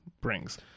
brings